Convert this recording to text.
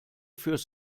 fürs